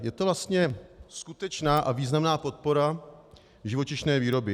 Je to vlastně skutečná a významná podpora živočišné výroby.